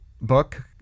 book